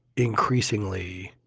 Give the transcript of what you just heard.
increasingly,